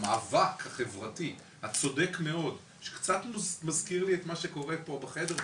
המאבק החברתי הצודק מאוד שקצת מזכיר לי את מה שקורה פה בחדר,